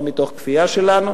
לא מתוך כפייה שלנו.